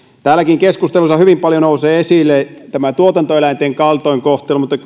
täälläkin keskusteluissa hyvin paljon nousee esille tuotantoeläinten kaltoinkohtelu mutta